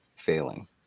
failing